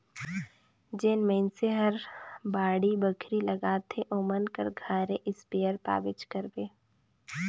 जेन मइनसे हर बाड़ी बखरी लगाथे ओमन कर घरे इस्पेयर पाबेच करबे